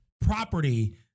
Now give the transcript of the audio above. property